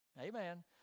Amen